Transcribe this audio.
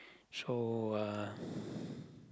so uh